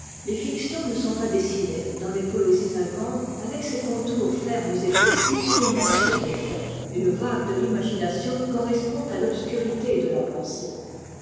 les fictions ne sont pas dessinées dans les poésies allemandes avec ces contours fermes et précis qui en assurent l'effet et je vague de l'imagination correspond à l'obscurité de la pensée